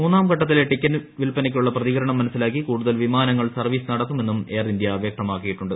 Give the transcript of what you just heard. മൂന്നാം ഘട്ടത്തില്ലെ ്ടിക്കറ്റ് വിൽപനയ്ക്കുള്ള പ്രതികരണം മനസ്സിലാക്കി ക്ടൂടുതിൽ വിമാനങ്ങൾ സർവ്വീസ് നടത്തുമെന്നും എയർ ഇന്ത്യ ്വൃക്തമാക്കിയിട്ടുണ്ട്